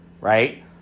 Right